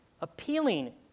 appealing